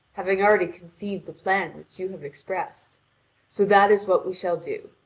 having already conceived the plan which you have expressed so that is what we shall do.